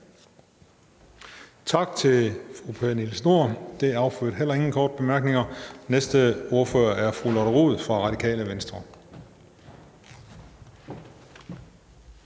Tak til fru Pernille Schnoor. Det affødte heller ikke nogen korte bemærkninger. Næste ordfører er fru Lotte Rod fra Radikale Venstre.